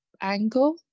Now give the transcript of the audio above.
angle